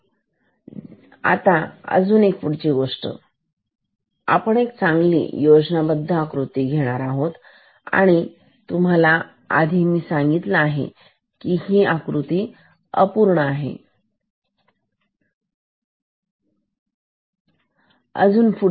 आता अजून पुढची गोष्ट आपण एक चांगली योजनाबद्ध आकृती आहे मी आधी तुम्हाला सांगितला आहे कि हि अपूर्ण आकृती आहे